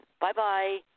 Bye-bye